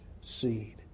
seed